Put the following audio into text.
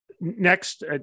Next